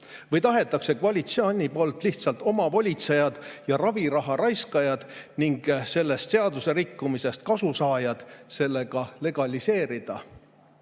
või tahetakse koalitsiooni poolt lihtsalt omavolitsejad ja raviraha raiskajad ning sellest seaduserikkumisest kasu saajad sellega legaliseerida. Miks